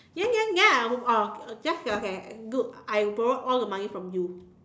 then then then I oh just okay good I borrow all the money from you